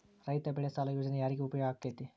ರೈತ ಬೆಳೆ ಸಾಲ ಯೋಜನೆ ಯಾರಿಗೆ ಉಪಯೋಗ ಆಕ್ಕೆತಿ?